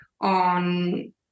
on